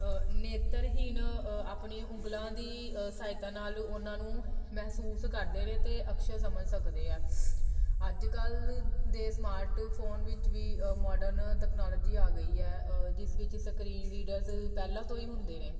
ਨੇਤਰਹੀਣ ਆਪਣੀ ਉਂਗਲਾਂ ਦੀ ਸਹਾਇਤਾ ਨਾਲ ਉਹਨਾਂ ਨੂੰ ਮਹਿਸੂਸ ਕਰਦੇ ਨੇ ਅਤੇ ਅਕਸ਼ਰ ਸਮਝ ਸਕਦੇ ਆ ਅੱਜ ਕੱਲ੍ਹ ਦੇ ਸਮਾਰਟਫੋਨ ਵਿੱਚ ਵੀ ਅ ਮਾਡਰਨ ਟੈਕਨੋਲੋਜੀ ਆ ਗਈ ਹੈ ਅ ਜਿਸ ਵਿੱਚ ਸਕਰੀਨ ਰੀਡਰਸ ਪਹਿਲਾਂ ਤੋਂ ਹੀ ਹੁੰਦੇ ਨੇ